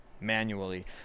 manually